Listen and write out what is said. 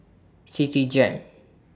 Citigem